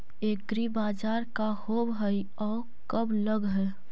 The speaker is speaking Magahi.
एग्रीबाजार का होब हइ और कब लग है?